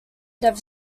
ever